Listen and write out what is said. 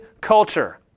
culture